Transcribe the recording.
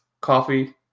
coffee